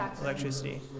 electricity